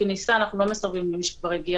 כניסה אנחנו לא מסרבים למי שכבר הגיע